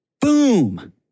Boom